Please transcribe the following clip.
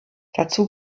dazu